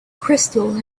crystal